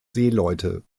seeleute